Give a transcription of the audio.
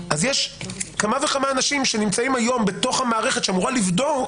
אז יש כמה וכמה אנשים שנמצאים היום בתוך המערכת שאמורה לבדוק,